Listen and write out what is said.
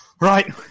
Right